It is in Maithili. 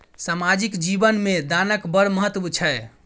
सामाजिक जीवन मे दानक बड़ महत्व छै